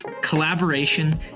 collaboration